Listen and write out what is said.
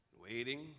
waiting